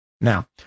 now